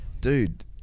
dude